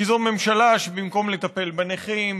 כי זו ממשלה שבמקום לטפל בנכים,